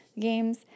games